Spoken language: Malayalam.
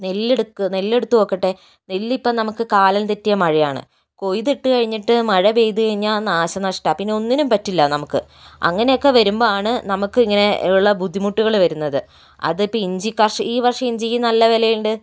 നെല്ലെടുക്ക് നെല്ലെടുത്തു നോക്കട്ടെ നെല്ല് ഇപ്പോൾ നമുക്ക് കാലം തെറ്റിയ മഴയാണ് കൊയ്തിട്ട് കഴിഞ്ഞിട്ട് മഴ പെയ്തു കഴിഞ്ഞാൽ നാശനഷ്ടമാണ് പിന്നെ ഒന്നിനും പറ്റില്ല നമുക്ക് അങ്ങനെയൊക്കെ വരുമ്പോൾ ആണ് നമുക്ക് ഇങ്ങനെയുള്ള ബുദ്ധിമുട്ടുകൾ വരുന്നത് അതിപ്പോൾ ഇഞ്ചി ഈവർഷം ഇഞ്ചിക്ക് നല്ല വിലയുണ്ട്